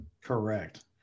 Correct